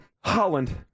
Holland